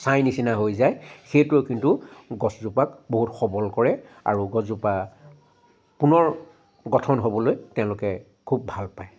ছাই নিচিনা হৈ যায় সেইটোৱে কিন্তু গছজোপাত বহুত সৱল কৰে আৰু গছজোপা পুনৰ গঠন হ'বলৈ তেওঁলোকে খুব ভাল পায়